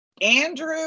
Andrew